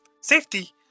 Safety